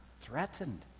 threatened